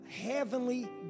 heavenly